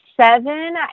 seven